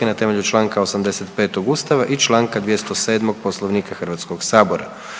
na temelju čl. 85. Ustava i čl. 207. Poslovnika HS. Na